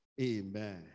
Amen